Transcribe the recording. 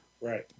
Right